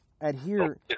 adhere